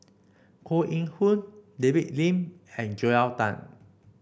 Koh Eng Hoon David Lim and Joel Tan